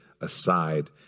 aside